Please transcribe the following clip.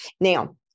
Now